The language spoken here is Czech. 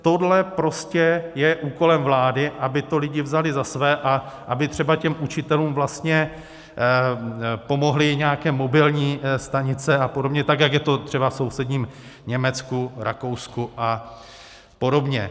Tohle prostě je úkolem vlády, aby to lidi vzali za své a aby třeba těm učitelům vlastně pomohly nějaké mobilní stanice apod., jak je to třeba v sousedním Německu, Rakousku apod.